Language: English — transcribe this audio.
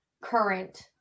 current